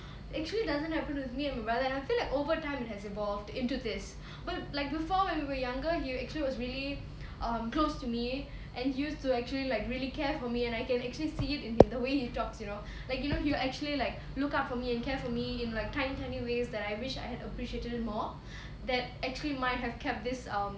actually doesn't happen with me and my brother and I feel like over time it has evolved into this but like before when we were younger he actually was really um close to me and he used to actually like really care for me and I can actually see it in the way he talks you know like you know he will actually like look out for me and care for me in like tiny tiny ways that I wish I had appreciated more that actually might have kept this um